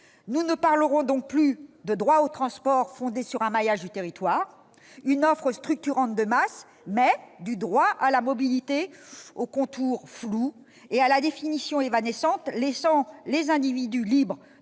Nous ne parlerons donc plus du « droit au transport », droit fondé sur un maillage territorial, une offre structurante de masse, mais du « droit à la mobilité », aux contours flous et à la définition évanescente, laissant les individus libres